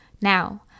Now